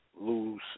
Lose